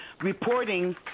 reporting